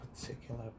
particular